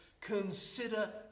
consider